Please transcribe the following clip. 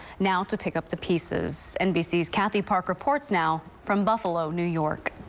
now to pick up the pieces nbc's cathy park reports now from buffalo new york.